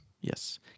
Yes